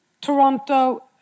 Toronto